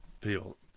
people